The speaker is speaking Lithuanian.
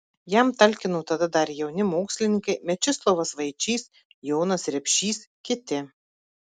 jam talkino tada dar jauni mokslininkai mečislovas vaičys jonas repšys kiti